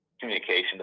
communication